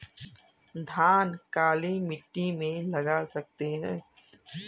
धान काली मिट्टी में लगा सकते हैं?